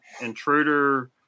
intruder